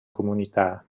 comunità